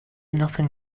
nothing